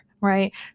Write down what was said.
right